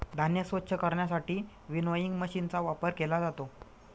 धान्य स्वच्छ करण्यासाठी विनोइंग मशीनचा वापर केला जातो